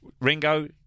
Ringo